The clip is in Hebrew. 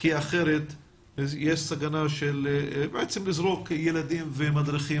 כי אחרת יש סכנה שנזרוק ילדים ומדריכים